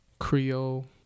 Creole